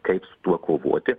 kaip su tuo kovoti